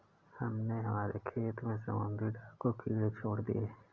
हमने हमारे खेत में समुद्री डाकू कीड़े छोड़ दिए हैं